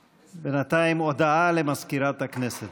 בינתיים, הודעה למזכירת הכנסת.